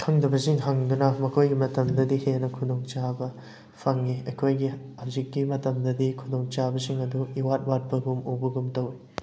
ꯈꯪꯗꯕꯁꯤꯡ ꯍꯪꯗꯨꯅ ꯃꯈꯣꯏꯒꯤ ꯃꯇꯝꯗꯗꯤ ꯍꯦꯟꯅ ꯈꯨꯗꯣꯡꯆꯥꯕ ꯐꯪꯉꯤ ꯑꯩꯈꯣꯏꯒꯤ ꯍꯧꯖꯤꯛꯀꯤ ꯃꯇꯝꯗꯗꯤ ꯈꯨꯗꯣꯡꯆꯥꯕꯁꯤꯡ ꯑꯗꯨ ꯏꯋꯥꯠ ꯋꯥꯠꯄꯒꯨꯝ ꯎꯕꯒꯨꯝ ꯇꯧꯋꯤ